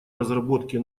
разработки